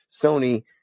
Sony